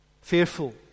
Fearful